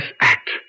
act